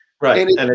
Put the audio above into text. Right